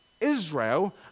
Israel